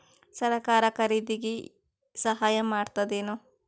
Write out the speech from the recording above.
ಸರಕಾರ ಖರೀದಿಗೆ ಸಹಾಯ ಮಾಡ್ತದೇನು?